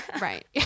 right